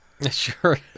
Sure